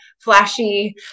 Flashy